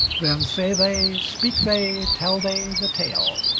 then say they, speak they, tell they the tale